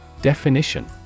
Definition